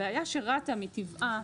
הבעיה שרת"א מטבעה,